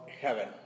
heaven